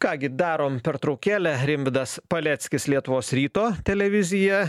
ką gi darom pertraukėlę rimvydas paleckis lietuvos ryto televizija